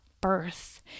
birth